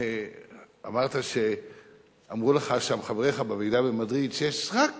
אמרת שאמרו לך חבריך בוועידה במדריד שיש רק